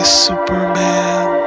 superman